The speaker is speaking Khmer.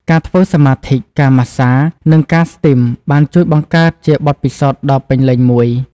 ការធ្វើសមាធិ ការម៉ាស្សា និងការស្ទីមបានជួយបង្កើតជាបទពិសោធន៍ដ៏ពេញលេញមួយ។